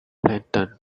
plankton